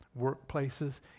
workplaces